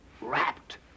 wrapped